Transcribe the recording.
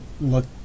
look